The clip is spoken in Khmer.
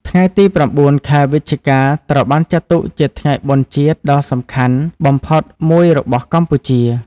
ថ្ងៃទី៩ ខែវិច្ឆិកា ត្រូវបានចាត់ទុកជាថ្ងៃបុណ្យជាតិដ៏សំខាន់បំផុតមួយរបស់កម្ពុជា។